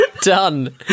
done